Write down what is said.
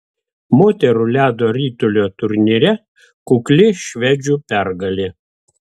moterų ledo ritulio turnyre kukli švedžių pergalė